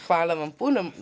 Hvala vam puno.